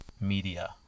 media